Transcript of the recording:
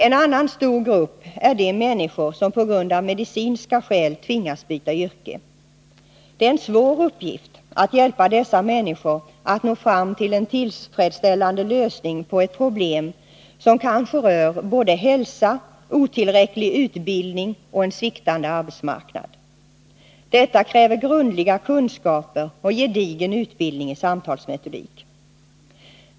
En annan stor grupp är de människor som på grund av medicinska skäl tvingas byta yrke. Det är en svår uppgift att hjälpa dessa människor att nå fram till en tillfredsställande lösning på ett problem som kanske rör både hälsa, otillräcklig utbildning och en sviktande arbetsmarknad. Den kräver grundliga kunskaper och gedigen utbildning i samtalsmetodik.